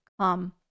come